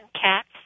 cats